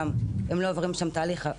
כשהם גם לא עוברים שם תהליך,